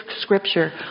scripture